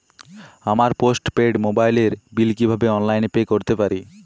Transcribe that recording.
আমার post paid মোবাইলের bill কীভাবে অনলাইনে পে করতে পারি?